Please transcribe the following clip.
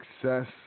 success